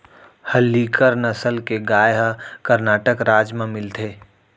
हल्लीकर नसल के गाय ह करनाटक राज म मिलथे